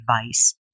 advice